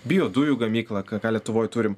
biodujų gamyklą ką lietuvoj turim